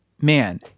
man